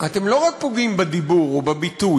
אתם לא רק פוגעים בדיבור או בביטוי,